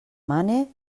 mane